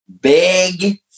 Big